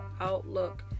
outlook